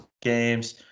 games